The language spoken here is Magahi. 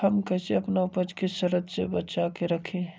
हम कईसे अपना उपज के सरद से बचा के रखी?